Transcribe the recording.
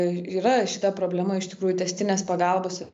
yra šita problema iš tikrųjų tęstinės pagalbos